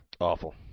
Awful